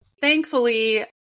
thankfully